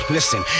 Listen